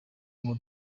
ngo